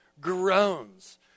groans